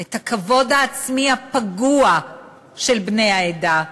את הכבוד העצמי הפגוע של בני העדה.